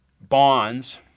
bonds